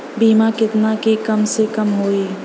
बीमा केतना के कम से कम होई?